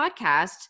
podcast